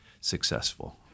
successful